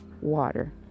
water